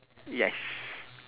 yes